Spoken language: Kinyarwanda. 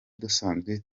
dusanzwe